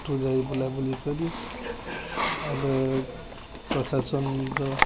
ସେଠୁ ଯାଇ ବୁଲା ବୁଲି କରି ଏବେ ପ୍ରଶାସନର